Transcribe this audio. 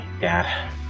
Dad